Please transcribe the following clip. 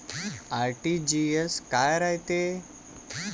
RTGS काय रायते?